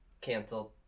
canceled